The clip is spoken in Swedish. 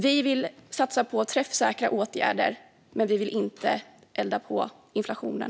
Vi vill satsa på träffsäkra åtgärder, men vi vill inte elda på inflationen.